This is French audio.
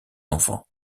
enfants